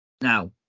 now